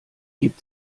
gibt